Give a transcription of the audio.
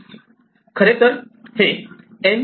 खरेतर हे n लोग n सॉर्ट आहे